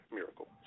miracle